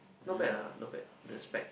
not bad lah not bad the spec